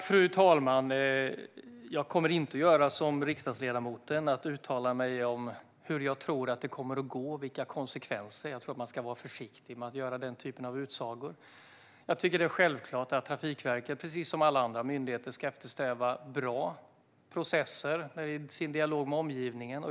Fru talman! Jag kommer inte att göra som riksdagsledamoten och uttala mig om hur jag tror att det kommer att gå eller om vilka konsekvenserna kan bli. Jag tror att man ska vara försiktig med att göra den typen av utsagor. Jag tycker att det är självklart att Trafikverket, precis som alla andra myndigheter, ska eftersträva bra processer i sin dialog med omgivningen.